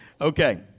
Okay